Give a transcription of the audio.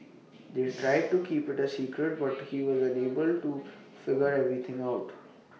they tried to keep IT A secret but he was unable to figure everything out